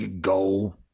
go